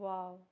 Wow